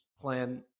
plan